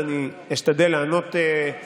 אז אני אשתדל לענות במבזקים.